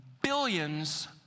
billions